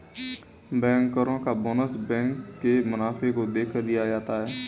बैंकरो का bonus bank के मुनाफे को देखकर दिया जाता है